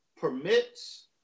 permits